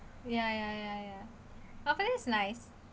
ya ya ya ya I thought that's nice